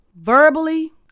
verbally